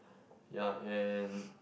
yea and